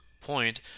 point